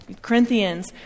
Corinthians